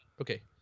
Okay